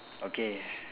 okay